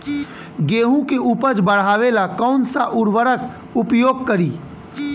गेहूँ के उपज बढ़ावेला कौन सा उर्वरक उपयोग करीं?